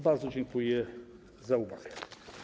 Bardzo dziękuję za uwagę.